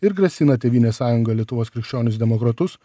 ir grasina tėvynės sąjungą lietuvos krikščionis demokratus